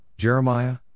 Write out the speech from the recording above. Jeremiah